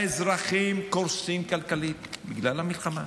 האזרחים קורסים כלכלית בגלל המלחמה.